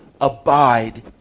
abide